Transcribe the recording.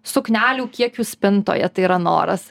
suknelių kiek jų spintoje tai yra noras